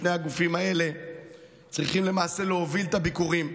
שני הגופים האלה צריכים למעשה להוביל את הביקורים.